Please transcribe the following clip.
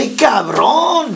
cabrón